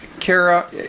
Kara